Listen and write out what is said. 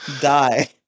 Die